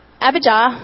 Abijah